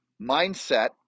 mindset